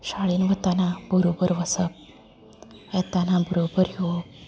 शाळेंत वतना बरोबर वचप येताना बरोबर येवप